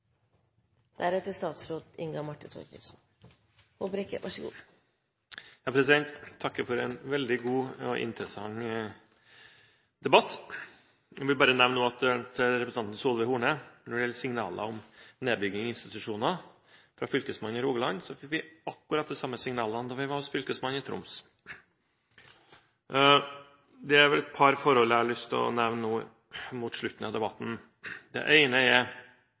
at når det gjelder signaler om nedbygging av institusjoner fra fylkesmannen i Rogaland, fikk vi akkurat de samme signalene da vi var hos fylkesmannen i Troms. Det er et par forhold jeg har lyst til å nevne nå mot slutten av debatten. Det ene er: